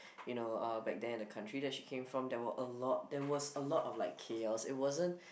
you know uh back then the country that she came from there were a lot there was a lot of like chaos it wasn't